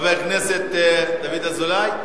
חבר הכנסת דוד אזולאי,